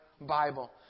Bible